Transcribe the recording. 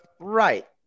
Right